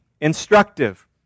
instructive